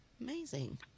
amazing